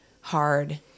hard